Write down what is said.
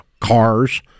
cars